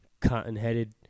cotton-headed